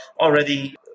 already